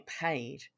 paid